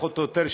פחות או יותר,